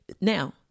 now